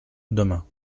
demain